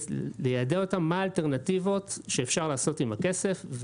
ליידע אותם מה האלטרנטיבות שאפשר לעשות עם הכסף.